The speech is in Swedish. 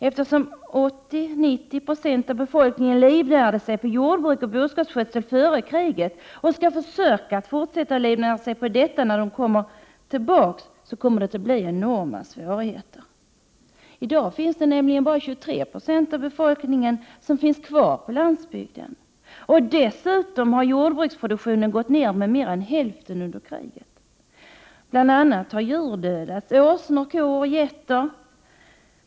Eftersom 80-90 96 av befolkningen livnärde sig på jordbruk och boskapsskötsel före kriget och skall försöka fortsätta att livnära sig på detta, kommer de att få enorma svårigheter. I dag finns bara 23 2 av befolkningen kvar på landsbygden. Dessutom har jordbruksproduktionen gått ner med mer än hälften under kriget. Bl.a. har djur dödats, som åsnor, kor och getter.